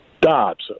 Dobbs